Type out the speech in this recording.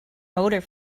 motor